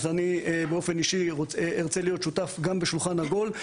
אז אני באופן אישי ארצה להיות שותף גם בשולחן עגול.